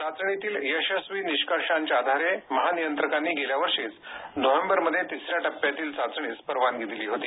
चाचणीतील यशस्वी निष्कर्षांच्या आधारे महानियंत्रकांनी गेल्या वर्षीच नोव्हेंबरमध्ये तिसऱ्या टप्प्यातील चाचणीस परवानगी दिली होती